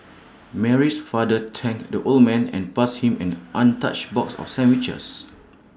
Mary's father thanked the old man and passed him an untouched box of sandwiches